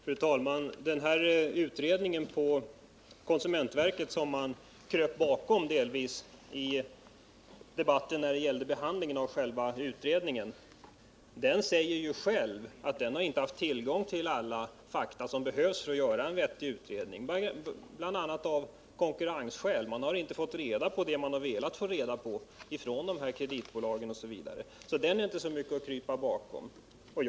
Fru talman! Den utredning inom konsumentverket vars existens utskottsmajoriteten delvis stödde sin uppfattning på vid behandlingen av frågan om en utredning om kontokorten säger själv att den, bl.a. av konkurrensskäl, inte fått tillgång till alla de fakta som behövs för att göra en ordentlig kartläggning. Man har bl.a. inte fått de uppgifter man velat ha från de berörda kreditbolagen. Konsumentverkets utredning är alltså inte mycket att stödja sig på.